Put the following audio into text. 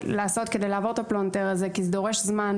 כדי לעבור את הפלונטר הזה כי זה דורש זמן,